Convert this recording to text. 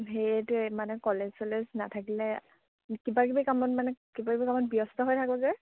সেটোৱে মানে কলেজ চলেজ নাথাকিলে কিবা কিবি কামত মানে কিবা কিবি কামত ব্যস্ত হৈ থাকো যে